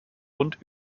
und